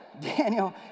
Daniel